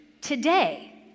today